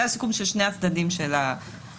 זה הסיכום של שני הצדדים של המטבע.